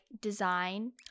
design